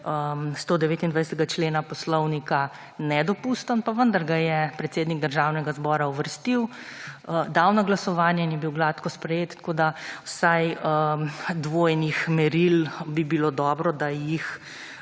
129. člena Poslovnika nedopusten pa vendar ga je predsednik Državnega zbora uvrstil, dal na glasovanje in je bil gladko sprejet tako, da vsaj dvojnih meril bi bilo dobro, da jih